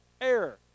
air